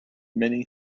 many